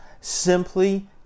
Simply